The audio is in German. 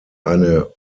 eine